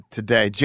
Today